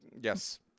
Yes